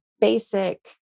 basic